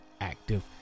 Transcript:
active